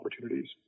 opportunities